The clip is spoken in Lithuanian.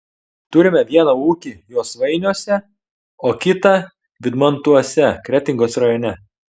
turime vieną ūkį josvainiuose o kitą vydmantuose kretingos rajone